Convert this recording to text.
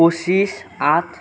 পঁচিছ আঠ